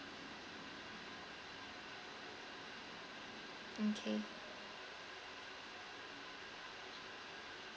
okay